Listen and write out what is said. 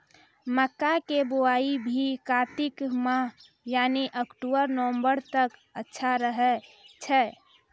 मक्का के बुआई भी कातिक मास यानी अक्टूबर नवंबर तक अच्छा रहय छै